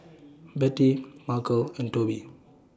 Betty Markel and Toby